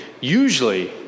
usually